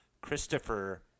Christopher